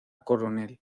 coronel